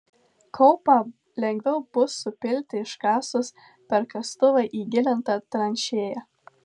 kaupą lengviau bus supilti iškasus per kastuvą įgilintą tranšėją